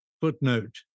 footnote